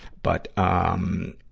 but, um,